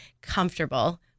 comfortable